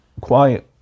Quiet